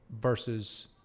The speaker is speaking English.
versus